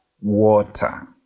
water